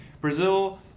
Brazil